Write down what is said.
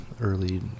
early